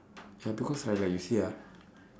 ya because right like you see ah